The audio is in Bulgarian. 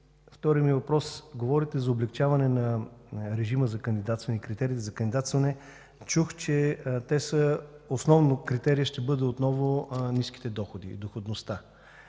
Втори въпрос. Говорите за облекчаване на режима за кандидатстване, на критериите за кандидатстване. Чух, че основно критерият ще бъде отново ниските доходи, доходността.